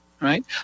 Right